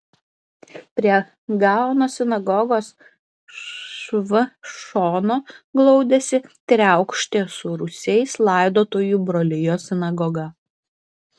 prie gaono sinagogos šv šono glaudėsi triaukštė su rūsiais laidotojų brolijos sinagoga